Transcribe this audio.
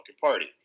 Party